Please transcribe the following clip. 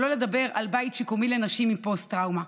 שלא לדבר על בית שיקומי לנשים עם פוסט-טראומה.